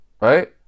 Right